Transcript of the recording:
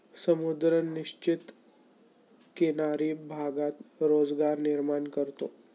समुद्र निश्चित किनारी भागात रोजगार निर्माण करतो